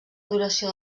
duració